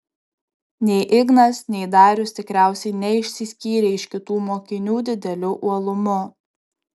nei ignas nei darius tikriausiai neišsiskyrė iš kitų mokinių dideliu uolumu